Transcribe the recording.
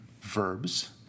verbs